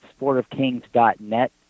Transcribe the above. sportofkings.net